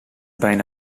bijna